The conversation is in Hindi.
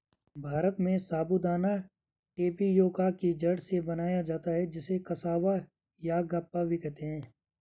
भारत में साबूदाना टेपियोका की जड़ से बनाया जाता है जिसे कसावा यागप्पा भी कहते हैं